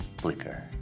flicker